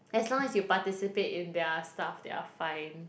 as long as you participate in their stuff they are fine